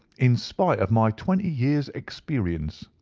in spite of my twenty years' experience.